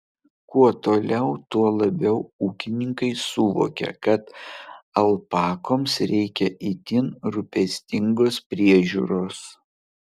kuo toliau tuo labiau ūkininkai suvokia kad alpakoms reikia itin rūpestingos priežiūros